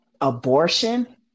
abortion